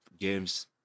games